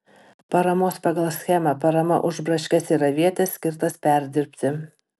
paramos pagal schemą parama už braškes ir avietes skirtas perdirbti